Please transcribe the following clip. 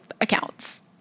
accounts